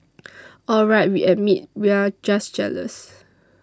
all right we admit we're just jealous